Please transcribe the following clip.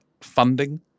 funding